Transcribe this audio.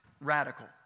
radical